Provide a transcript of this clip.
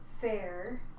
fair